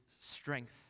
strength